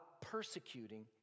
persecuting